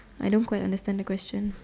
I don't quite understand the question